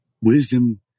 Wisdom